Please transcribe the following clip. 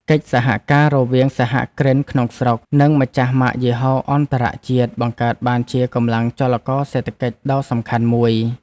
កិច្ចសហការរវាងសហគ្រិនក្នុងស្រុក និងម្ចាស់ម៉ាកយីហោអន្តរជាតិបង្កើតបានជាកម្លាំងចលករសេដ្ឋកិច្ចដ៏សំខាន់មួយ។